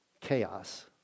chaos